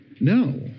No